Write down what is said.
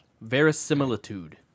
Verisimilitude